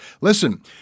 Listen